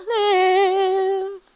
live